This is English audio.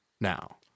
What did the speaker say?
now